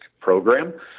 program